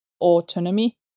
autonomy